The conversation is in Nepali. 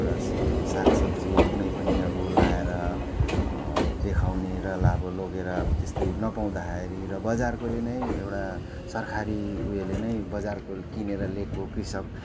एउटा सागसब्जी कुनै पनि अब लगाएर देखाउने र अब लगेर त्यस्तै नपाउँदाखेरि बजारकोले नै एउटा सरकारी उयोले नै बजारको किनेर लिएको कृषक